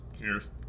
Cheers